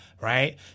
Right